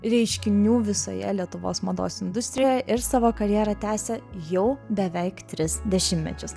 reiškinių visoje lietuvos mados industrijoje ir savo karjerą tęsia jau beveik tris dešimtmečius